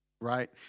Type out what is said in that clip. Right